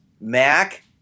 Mac